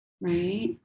right